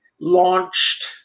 launched